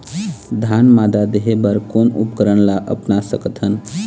धान मादा देहे बर कोन उपकरण ला अपना सकथन?